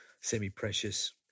semi-precious